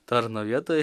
tarno vietoj